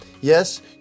Yes